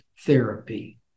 therapy